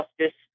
justice